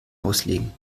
auslegen